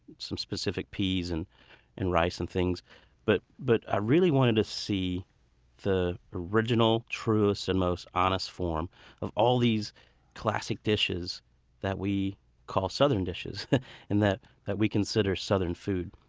some specific peas and and rice. and but but i really wanted to see the original, truest and most honest form of all these classic dishes that we call southern dishes and that that we consider southern food.